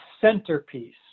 centerpiece